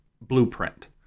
blueprint